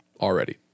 already